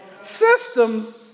systems